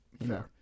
No